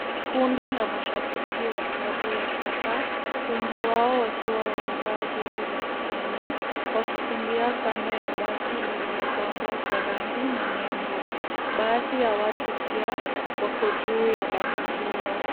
Kundi la mashabiki wa klabu ya soka, wengi wao wakiwa wamevaa jezi za kijani, wakikimbia kando ya basi lililopambwa kwa rangi na nembo. Baadhi ya watu pia wako juu ya basi hilo.